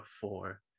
four